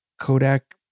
Kodak